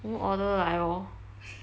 我们 order 来 lor